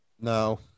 No